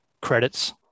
credits